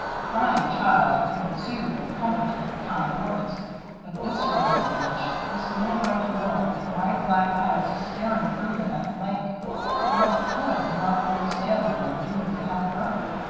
a crying child could be soothed and comforted with kind words but this frozen image this little white girl with wide black eyes staring through him at the lake what could a rough old sailorman do to help her?